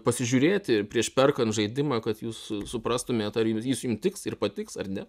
pasižiūrėti prieš perkant žaidimą kad jūs su suprastumėt ar ar jis jum tiks ir patiks ar ne